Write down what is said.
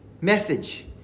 message